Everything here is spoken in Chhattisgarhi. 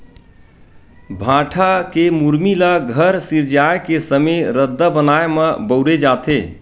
भाठा के मुरमी ल घर सिरजाए के समे रद्दा बनाए म बउरे जाथे